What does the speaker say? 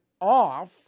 off